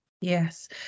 Yes